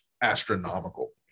astronomical